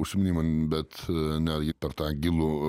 užsiminei man bet netgi per tą gilų